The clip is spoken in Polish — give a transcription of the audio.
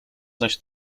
zaś